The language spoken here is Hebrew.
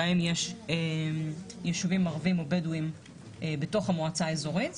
בהן יש ישובים ערביים או בדואים בתוך המועצה האזורית,